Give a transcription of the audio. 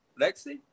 Lexi